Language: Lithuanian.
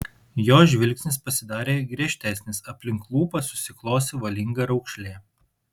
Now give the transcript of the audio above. jo žvilgsnis pasidarė griežtesnis aplink lūpas susiklosi valinga raukšlė